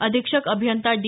अधीक्षक अभियंता डी